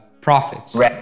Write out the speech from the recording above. profits